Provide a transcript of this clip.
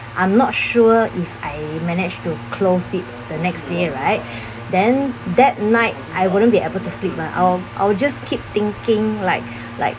I'm not sure if I managed to close it the next day right then that night I wouldn't be able to sleep lah I'll I'll just keep thinking like like